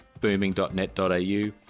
booming.net.au